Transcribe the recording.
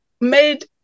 made